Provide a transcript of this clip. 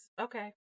okay